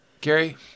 Gary